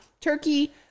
turkey